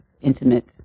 intimate